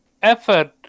effort